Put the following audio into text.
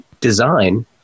design